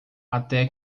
até